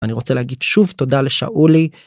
אני רוצה להגיד שוב תודה לשאולי.